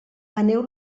aneu